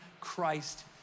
Christ